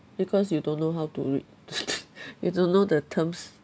because you don't know how to read you don't know the terms